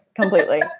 Completely